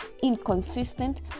inconsistent